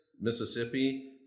Mississippi